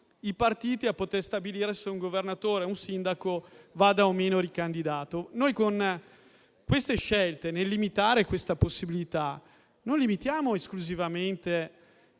i partiti a poter stabilire se un governatore o un sindaco vada o meno ricandidato. Con queste scelte, nel limitare questa possibilità, non limitiamo esclusivamente